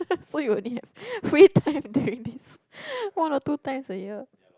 so you only have free time during this one or two times a year